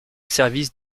service